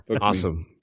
Awesome